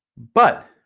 but,